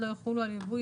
לא יחולו על ייבוא,